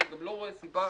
אני גם לא רואה סיבה